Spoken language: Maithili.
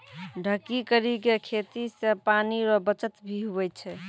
ढकी करी के खेती से पानी रो बचत भी हुवै छै